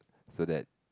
so that